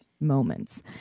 moments